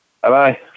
Bye-bye